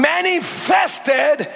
Manifested